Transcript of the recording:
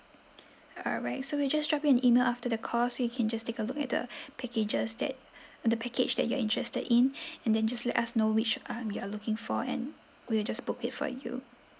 alright so we just drop you an email after the call so you can just take a look at the packages that the package that you are interested in and then just let us know which um you are looking for and we'll just book it for you